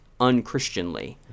unchristianly